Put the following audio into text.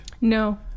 no